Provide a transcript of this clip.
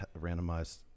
randomized